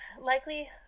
Likely